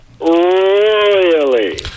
royally